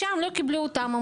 שם לא קיבלו אותם,